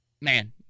man